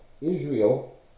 israel